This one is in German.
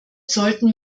sollten